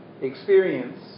experience